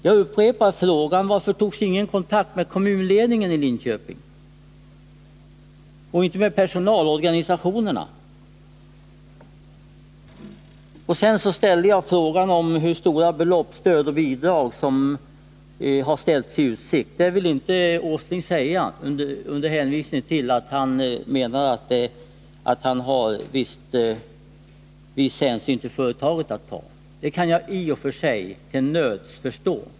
Jag upprepar frågan: Varför togs ingen kontakt med kommunledningen i Linköping eller med personalorganisationerna? Vidare frågade jag hur stora beloppi form av bidrag och hur stort stöd i övrigt som ställts i utsikt, men det vill Nils Åsling inte svara på. Han hänvisar till att han har att ta viss hänsyn till företaget. Det kan jag i och för sig till nöds förstå.